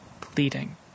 pleading